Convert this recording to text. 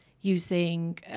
using